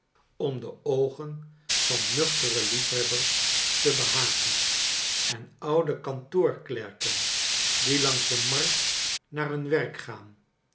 om de oogen van nuchtere liefhebbers te behagen en oude kantoorklerken die langs de markt naar hun werk gaan